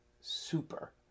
super